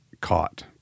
caught